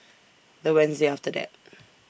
The Wednesday after that